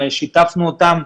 שיתפנו אותם,